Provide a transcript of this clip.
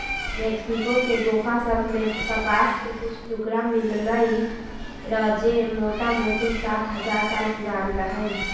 Mexico के गोफा सभ में कपास के कुछ टुकरा मिललइ र जे मोटामोटी सात हजार साल पुरान रहै